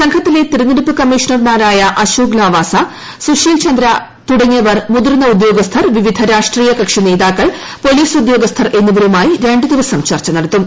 സംഘത്തിലെ തെരഞ്ഞെടുപ്പ് കമ്മീഷണർമാരായ അശോക് ലാവാസ സുഷീൽ ചന്ദ്ര തുടങ്ങിയവർ മുതിർന്ന ഉദ്യോഗസ്ഥർ വിവിധ രാഷ്ട്രീയ കക്ഷിനേതാക്കൾ പോലീസ് ഉദ്യോഗസ്ഥർ എന്നിവരുമായി ദിവസം ചർച്ച നടത്തും